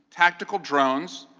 technical drones,